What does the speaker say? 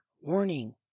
warning